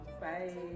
Bye